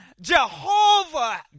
Jehovah